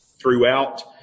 Throughout